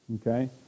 Okay